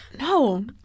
No